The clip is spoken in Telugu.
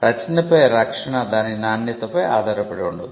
రచనపై రక్షణ దాని నాణ్యతపై ఆధారపడి ఉండదు